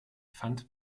fand